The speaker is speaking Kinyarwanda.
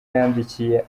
yandikiye